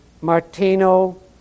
Martino